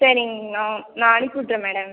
சரிங்க நான் நான் அனுப்பிவிட்டுறேன் மேடம்